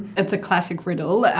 that's a classic riddle.